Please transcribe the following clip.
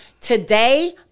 Today